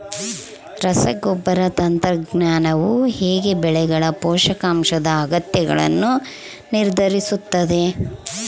ರಸಗೊಬ್ಬರ ತಂತ್ರಜ್ಞಾನವು ಹೇಗೆ ಬೆಳೆಗಳ ಪೋಷಕಾಂಶದ ಅಗತ್ಯಗಳನ್ನು ನಿರ್ಧರಿಸುತ್ತದೆ?